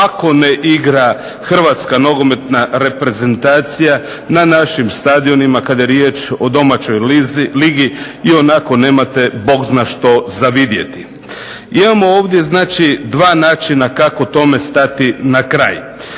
ako ne igra Hrvatska nogometna reprezentacija na našim stadionima kada je riječ o domaćoj ligi ionako nemate bog zna što za vidjeti. Imamo ovdje znači 2 načina kako tome stati na kraj.